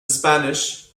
spanish